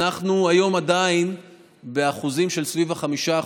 אנחנו היום עדיין סביב ה-5%,